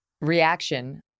reaction